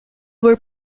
were